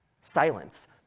Silence